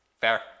Fair